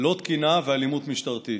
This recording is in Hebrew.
לא תקינה ואלימות משטרתית.